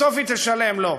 בסוף היא תשלם לו.